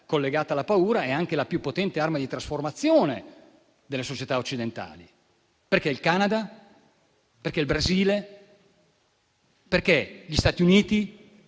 collegata alla paura, è anche la più potente arma di trasformazione delle società occidentali. Il Canada, il Brasile, gli Stati Uniti